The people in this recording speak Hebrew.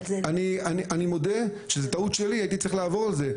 אני מודה שזה טעות שלי, הייתי צריך לעבור על זה.